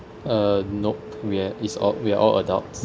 uh nope we are is all we're all adults